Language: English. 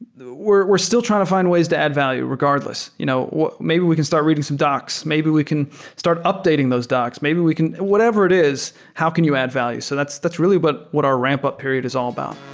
we're we're still trying to fi nd ways to add value regardless. you know maybe we can start reading some docs. maybe we can start updating those docs. maybe we can whatever it is, how can you add value? so that's that's really but what our ramp up period is all about